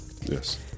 Yes